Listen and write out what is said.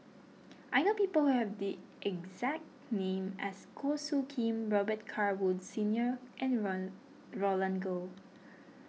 I know people who have the exact name as Goh Soo Khim Robet Carr Woods Senior and Roland Goh